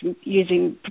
using